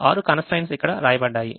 6 constraints ఇక్కడ వ్రాయబడ్డాయి